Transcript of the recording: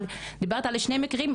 את דיברת על שני מקרים,